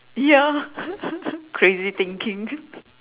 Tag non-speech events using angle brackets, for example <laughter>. ya <laughs> crazy thinking